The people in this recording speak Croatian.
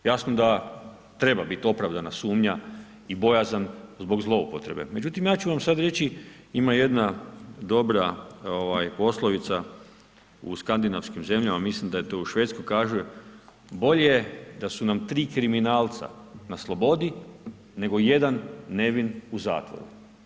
Jasno da treba biti opravdana sumnja i bojazan zbog zloupotrebe, međutim, ja ću vam sada reći, ima jedna dobra poslovica, u skandinavskim zemljama, mislim da to u Švedskoj kažu, bolje da su nam 3 kriminalca na slobodi, nego jedan nevin u zatvoru.